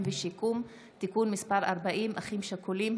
ושיקום) (תיקון מס' 40) (אחים שכולים),